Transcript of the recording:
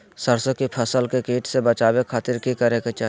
सरसों की फसल के कीट से बचावे खातिर की करे के चाही?